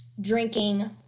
drinking